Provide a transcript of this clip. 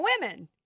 women